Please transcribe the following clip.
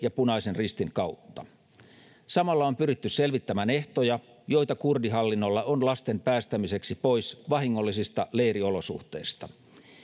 ja punaisen ristin kautta samalla on pyritty selvittämään ehtoja joita kurdihallinnolla on lasten päästämiseksi pois vahingollisista leiriolosuhteista